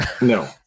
No